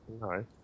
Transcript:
No